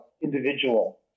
individual